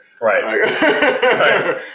Right